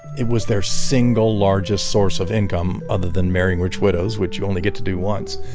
it was their single largest source of income, other than marrying rich widows, which you only get to do once,